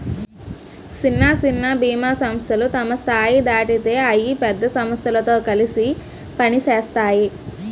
సిన్న సిన్న బీమా సంస్థలు తమ స్థాయి దాటితే అయి పెద్ద సమస్థలతో కలిసి పనిసేత్తాయి